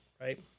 right